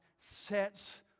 sets